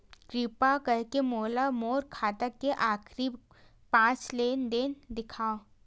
किरपा करके मोला मोर खाता के आखिरी पांच लेन देन देखाव